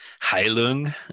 Heilung